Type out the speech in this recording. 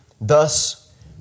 Thus